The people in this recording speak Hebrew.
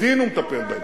בדין הוא מטפל בהם,